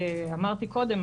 אמרתי קודם,